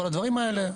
כל הדברים האלה.